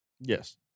Yes